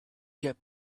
get